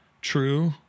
true